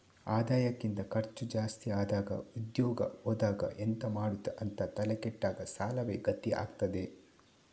ಆದಾಯಕ್ಕಿಂತ ಖರ್ಚು ಜಾಸ್ತಿ ಆದಾಗ ಉದ್ಯೋಗ ಹೋದಾಗ ಎಂತ ಮಾಡುದು ಅಂತ ತಲೆ ಕೆಟ್ಟಾಗ ಸಾಲವೇ ಗತಿ ಆಗ್ತದೆ